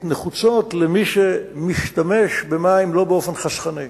נחוצות למי שמשתמש במים באופן לא חסכני.